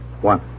One